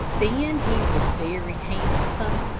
then he was very handsome,